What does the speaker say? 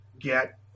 get